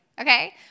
Okay